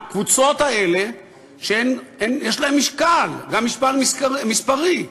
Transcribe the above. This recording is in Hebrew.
הקבוצות האלה יש להן משקל, גם משקל מספרי.